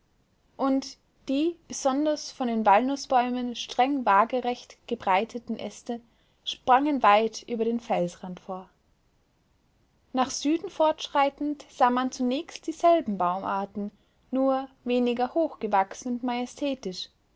und die besonders von den walnußbäumen streng wagerecht gebreiteten äste sprangen weit über den felsrand vor nach süden fortschreitend sah man zunächst dieselben baumarten nur weniger hochgewachsen und majestätisch